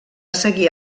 seguir